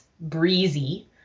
breezy